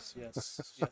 Yes